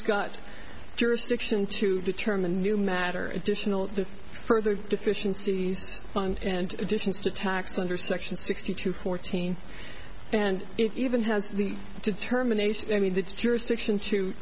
got jurisdiction to determine new matter additional to further deficiencies fund and additions to tax under section sixty two fourteen and even has the determination i mean the jurisdiction to